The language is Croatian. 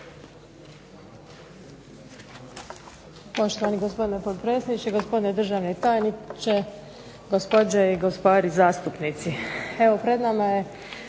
Poštovani gospodine potpredsjedniče, gospodine državni tajniče, gospođe i gospari zastupnici.